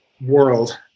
world